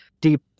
deep